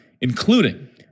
including